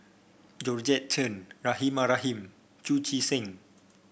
Georgette Chen Rahimah Rahim Chu Chee Seng